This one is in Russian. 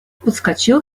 подскочил